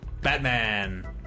Batman